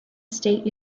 state